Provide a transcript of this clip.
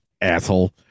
Asshole